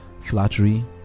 Flattery